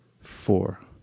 four